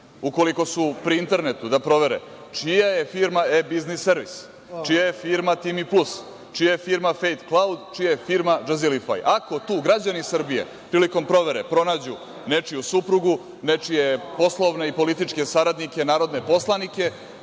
ukoliko su pri internetu da provere čija je firma E-biznis servis? Čija je firma TIMI PLUS? Čija je firma „Fedklaud“? Čija je firma „DŽezelifaj“? Ako tu građani Srbije, prilikom prodaje pronađu nečiju suprugu, nečije poslovne i političke saradnike, narodne poslanike,